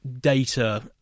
data